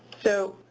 so,